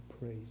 praise